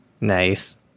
Nice